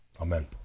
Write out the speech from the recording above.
amen